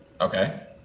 Okay